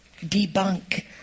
debunk